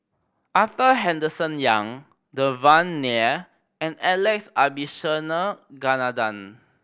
Arthur Henderson Young Devan Nair and Alex Abisheganaden